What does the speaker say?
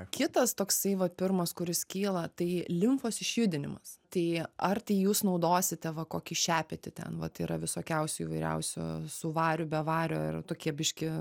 kitas toksai va pirmas kuris kyla tai limfos išjudinimas tai ar tai jūs naudosite va kokį šepetį ten vat yra visokiausių įvairiausių su variu be vario yra tokie biški